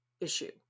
issue